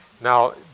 Now